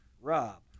Rob